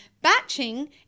Batching